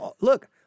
look